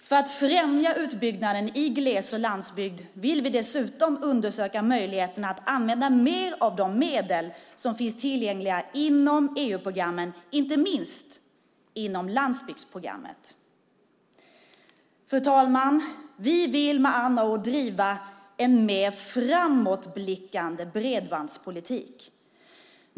För att främja utbyggnaden i gles och landsbygd vill vi dessutom undersöka möjligheterna att använda mer av de medel som finns tillgängliga inom EU-programmen, inte minst inom landsbygdsprogrammet. Fru talman! Vi vill med andra ord driva en mer framåtblickande bredbandspolitik.